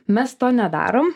mes to nedarom